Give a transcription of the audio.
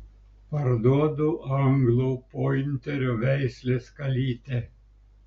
parduodu anglų pointerio veislės kalytę